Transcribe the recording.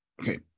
Okay